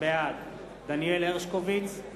בעד דניאל הרשקוביץ,